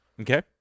Okay